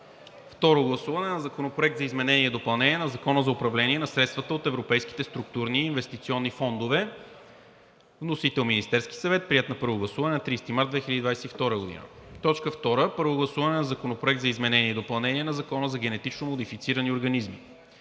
Второ гласуване на Законопроекта за изменение и допълнение на Закона за управление на средствата от Европейските структурни и инвестиционни фондове. Вносител – Министерският съвет. Приет на първо гласуване на 30 март 2022 г. 2. Първо гласуване на Законопроекта за изменение и допълнение на Закона за генетично модифицирани организми.